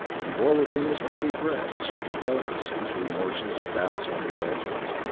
he bore within his hardy breast certain delicacies, remorses, doubts, and revulsions.